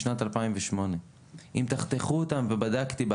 נכונים לשנת 2008. אם תחתכו אותם ואני בדקתי,